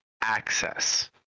access